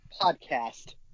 podcast